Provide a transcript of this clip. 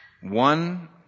one